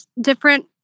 different